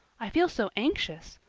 i feel so anxious.